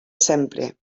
sempre